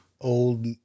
old